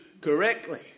correctly